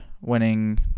winning